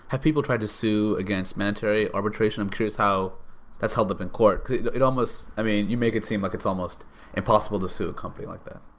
have people tried to sue against mandatory arbitration? i'm curious how that's held up in court because it almost i mean you make it seem like it's almost impossible to sue a company like that.